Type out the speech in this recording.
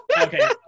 Okay